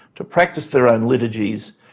to practice their own liturgies,